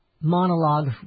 monologue